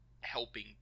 helping